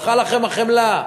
הלכה לכם החמלה.